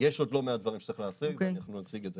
יש עוד לא מעט דברים שצריך להרחיב ואנחנו נציג את זה.